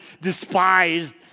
despised